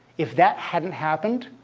if that hadn't happened,